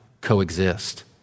coexist